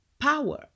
power